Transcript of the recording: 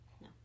No